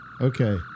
Okay